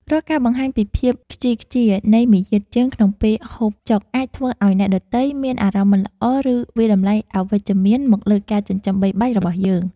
រាល់ការបង្ហាញពីភាពខ្ជីខ្ជានៃមារយាទជើងក្នុងពេលហូបចុកអាចធ្វើឱ្យអ្នកដទៃមានអារម្មណ៍មិនល្អ ឬ វាយតម្លៃអវិជ្ជមានមកលើការចិញ្ចឹមបីបាច់របស់យើង។